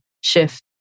shift